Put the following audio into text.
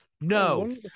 no